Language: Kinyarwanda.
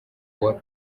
work